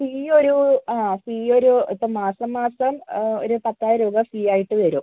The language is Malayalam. ഫീ ഒരു ആ ഫീ ഒരു ഇപ്പം മാസം മാസം ഒരു പത്തായിരം രൂപ ഫീ ആയിട്ട് വരും